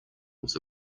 was